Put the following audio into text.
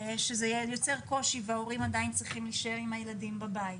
שזה יוצר קושי וההורים עדיין צריכים להישאר עם הילדים בבית.